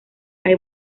hay